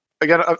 Again